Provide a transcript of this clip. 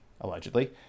Allegedly